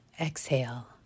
Exhale